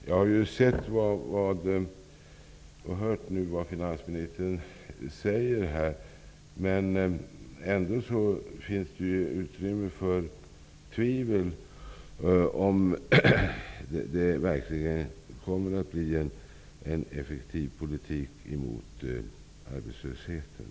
Jag har nu hört vad finansministern säger, men ändå finns det utrymme för tvivel om det verkligen kommer att drivas en effektiv politik mot arbetslösheten.